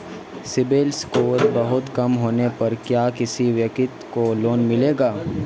CIBIL score बहुत कम होने पर क्या किसी व्यक्ति को लोंन मिलेगा?